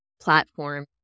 platform